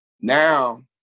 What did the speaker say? now